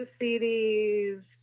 CDs